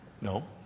no